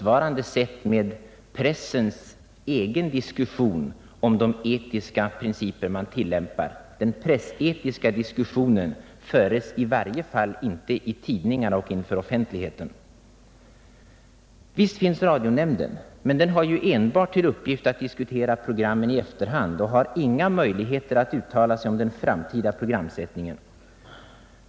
Visst finns radionämnden, men den har ju enbart till uppgift att diskutera programmen i efterhand och har inga möjligheter att uttala sig om den framtida programsättningen.